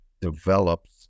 develops